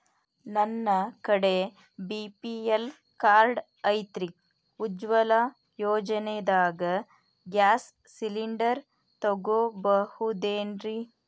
ನನ್ನ ಕಡೆ BPL card ಐತ್ರಿ, ಉಜ್ವಲಾ ಯೋಜನೆದಾಗ ಗ್ಯಾಸ್ ಸಿಲಿಂಡರ್ ತೊಗೋಬಹುದೇನ್ರಿ?